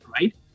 right